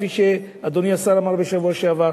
כפי שאדוני השר אמר בשבוע שעבר,